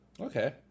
Okay